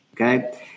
Okay